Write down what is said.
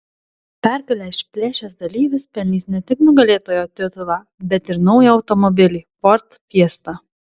pergalę išplėšęs dalyvis pelnys ne tik nugalėtojo titulą bet ir naują automobilį ford fiesta